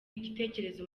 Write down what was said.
igitekerezo